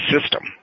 system